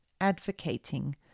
advocating